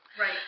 Right